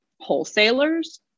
wholesalers